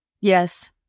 Yes